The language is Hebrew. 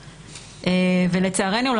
ולצערנו,